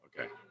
Okay